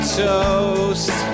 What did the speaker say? toast